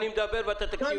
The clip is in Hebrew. אני מדבר, ואתה תקשיב לי.